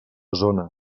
zona